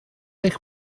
eich